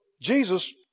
Jesus